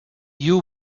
you